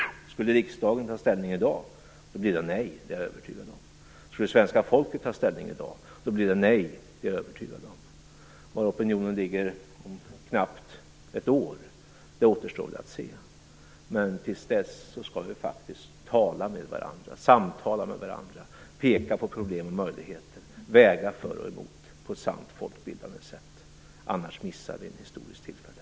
Skulle riksdagen ta ställning i dag blir det nej, det är jag övertygad om. Skulle svenska folket ta ställning i dag blir det nej, det är jag övertygad om. Var opinionen ligger om knappt ett år, det återstår att se, men tills dess skall vi samtala med varandra, peka på problem och möjligheter och väga för och emot på ett sant folkbildande sätt. Annars missar vi ett historiskt tillfälle.